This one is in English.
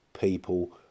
people